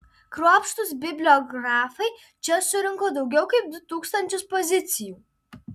kruopštūs bibliografai čia surinko daugiau kaip du tūkstančius pozicijų